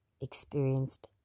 experienced